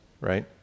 right